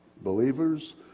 believers